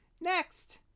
Next